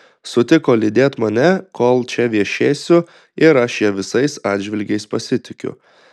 sutiko lydėt mane kol čia viešėsiu ir aš ja visais atžvilgiais pasitikiu